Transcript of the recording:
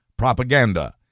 propaganda